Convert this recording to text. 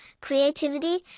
creativity